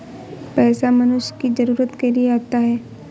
पैसा मनुष्य की जरूरत के लिए आता है